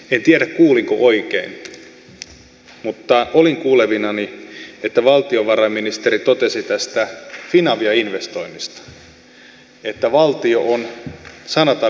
en tiedä kuulinko oikein mutta olin kuulevinani että valtiovarainministeri totesi tästä finavia investoinnista että valtio on sanatarkka sitaatti vähän avittanut sitä investointia